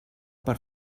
per